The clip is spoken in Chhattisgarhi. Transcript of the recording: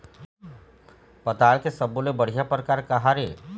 पताल के सब्बो ले बढ़िया परकार काहर ए?